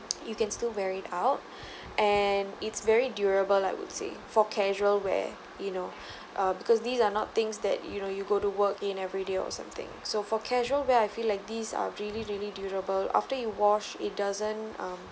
you can still wear it out and it's very durable I would say for casual wear you know uh because these are not things that you know you go to work in every day or something so for casual where I feel like these are really really durable after you wash it doesn't um